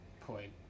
point